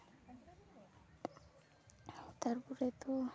ᱛᱟᱨᱯᱚᱨᱮ ᱫᱚ